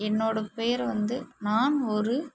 என்னோட பேர் வந்து நான் ஒரு